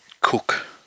Cook